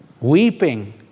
Weeping